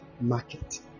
market